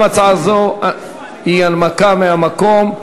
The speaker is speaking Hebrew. גם הצעה זו היא הנמקה מהמקום.